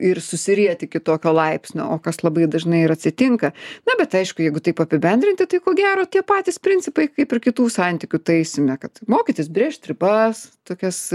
ir susiriet iki tokio laipsnio o kas labai dažnai ir atsitinka na bet aišku jeigu taip apibendrinti tai ko gero tie patys principai kaip ir kitų santykių taisyme kad mokytis brėžt ribas tokias